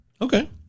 Okay